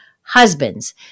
husbands